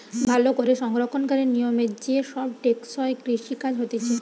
ভালো করে সংরক্ষণকারী নিয়মে যে সব টেকসই কৃষি কাজ হতিছে